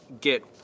get